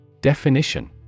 Definition